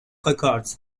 records